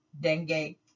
dengue